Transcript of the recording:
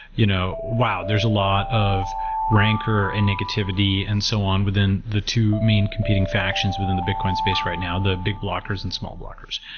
you know wow! there's a lot rancor and negativity and so on within the two main competing factions within the bitcoin space right now, the big blockers and small blockers.